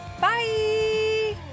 bye